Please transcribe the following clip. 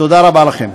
תודה רבה לכם.